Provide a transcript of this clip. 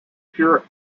pure